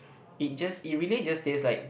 it just it really just taste like